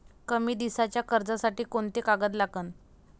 कमी दिसाच्या कर्जासाठी कोंते कागद लागन?